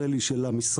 חל"י של המשרד.